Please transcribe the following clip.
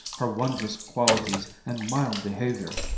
her wondrous qualities and mild behaviour,